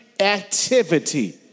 activity